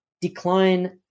decline